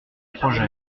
projet